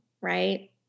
right